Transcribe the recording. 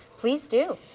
please do.